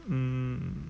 mm